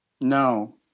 No